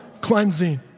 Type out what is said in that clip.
cleansing